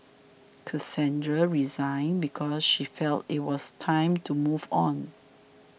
Cassandra resigned because she felt it was time to move on